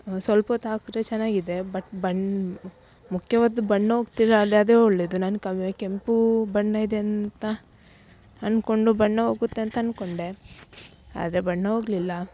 ಸ್ವಲ್ಪೊತ್ತು ಹಾಕ್ರೆ ಚೆನ್ನಾಗಿದೆ ಬಟ್ ಬಣ್ಣ ಮುಖ್ಯವಾದ್ದು ಬಣ್ಣ ಹೋಗ್ತಿಲ್ಲ ಅಂದರೆ ಅದೆ ಒಳ್ಳೆಯದು ನನ್ನ ಕವೆ ಕೆಂಪು ಬಣ್ಣ ಇದೆ ಅಂತ ಅಂದ್ಕೊಂಡು ಬಣ್ಣ ಹೋಗುತ್ತೆ ಅಂತ ಅಂದ್ಕೊಂಡೆ ಆದರೆ ಬಣ್ಣ ಹೋಗ್ಲಿಲ್ಲ